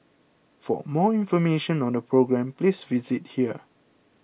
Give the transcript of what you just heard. for more information on the programme please visit here